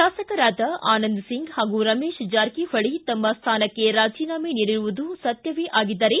ಶಾಸಕರಾದ ಆನಂದ್ ಸಿಂಗ್ ಹಾಗೂ ರಮೇಶ್ ಜಾರಕಿಹೊಳಿ ಅವರು ತಮ್ಮ ಸ್ಥಾನಕ್ಕೆ ರಾಜೀನಾಮೆ ನೀಡಿರುವುದು ಸತ್ತವೇ ಆಗಿದ್ದರೆ